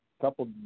couple